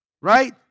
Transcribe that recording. Right